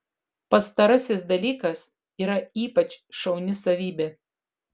pastarasis dalykas yra ypač šauni savybė